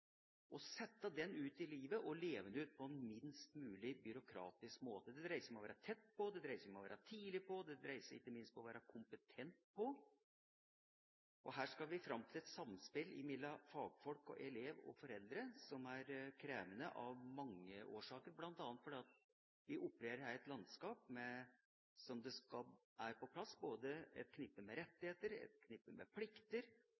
å sette dette ut i livet og levendegjøre det på en minst mulig byråkratisk måte. Det dreier seg om å være tett på, å være tidlig på og ikke minst om å være kompetent. Her skal vi fram til et samspill mellom fagfolk, elev og foreldre, som er krevende av mange årsaker, bl.a. fordi vi opererer her i et landskap der et knippe med rettigheter og plikter skal være på plass.